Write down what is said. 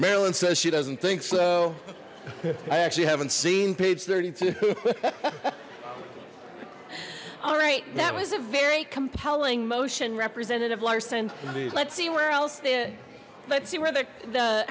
marilyn says she doesn't think so i actually haven't seen page thirty two all right that was a very compelling motion representative larson let's see where else did let's see where the